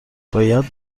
باید